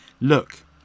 Look